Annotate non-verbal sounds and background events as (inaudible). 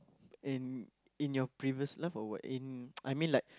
and in your previous life or what in (noise) I mean like